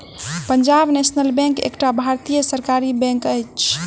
Punjab national bank एकटा भारतीय सरकारी बैंक अछि